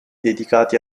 dedicati